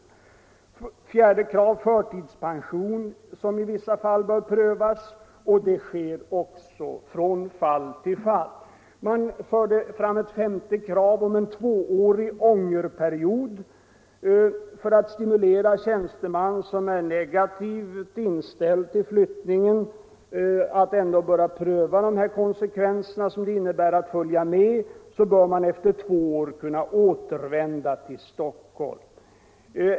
Ett fjärde krav var att förtidspension i vissa fall skulle prövas. Så sker också från fall till fall. 151 Ett femte krav var en tvåårig ångerperiod. För att stimulera tjänsteman som är negativt inställd till flyttningen att ändå pröva de konsekvenser som det innebär att följa med bör vederbörande efter två år kunna återvända till Stockholm.